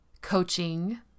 coaching